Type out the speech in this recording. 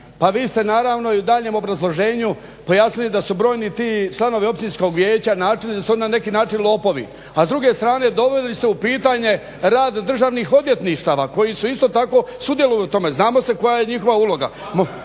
Pa vi ste naravno i u daljnjem obrazloženju pojasnili da su brojni ti članovi općinskog vijeća, načelnici da su oni na neki način lopovi. A s druge strane doveli ste u pitanje rad državnih odvjetništava koji su isto tako sudjeluju u tome. Znamo se koja je njihova uloga.